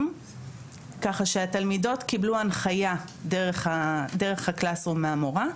ככה שהתלמידות קיבלו הנחיה דרך ה-Classes room מהמורה,